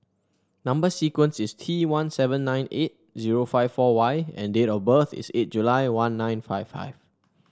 number sequence is T one seven nine eight zero five four Y and date of birth is eight July one nine five five